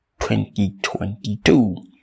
2022